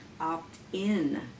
opt-in